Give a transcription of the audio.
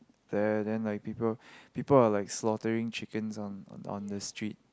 there then like people people are like slaughtering chickens on on the street